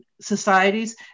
societies